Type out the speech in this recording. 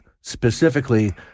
specifically